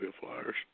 Flyers